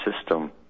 system